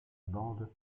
bande